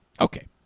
Okay